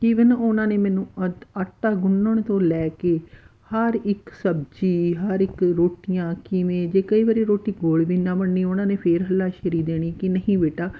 even ਉਹਨਾਂ ਨੇ ਮੈਨੂੰ ਅਤ ਆਟਾ ਗੁੰਨਣ ਤੋਂ ਲੈ ਕੇ ਹਰ ਇੱਕ ਸਬਜ਼ੀ ਹਰ ਇੱਕ ਰੋਟੀਆਂ ਕਿਵੇਂ ਜੇ ਕਈ ਵਾਰੀ ਰੋਟੀ ਗੋਲ ਵੀ ਨਾ ਬਣਨੀ ਉਹਨਾਂ ਨੇ ਫਿਰ ਹੱਲਾਸ਼ੇਰੀ ਦੇਣੀ ਕਿ ਨਹੀਂ ਬੇਟਾ